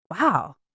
wow